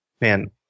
Man